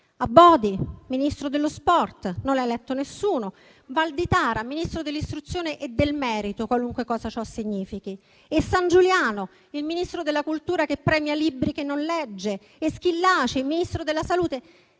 Abodi, Ministro per lo sport e i giovani, non lo ha eletto nessuno; Valditara, Ministro dell'istruzione e del merito (qualunque cosa ciò significhi), Sangiuliano, il Ministro della cultura che premia libri che non legge, e Schillaci, Ministro della salute,